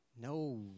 No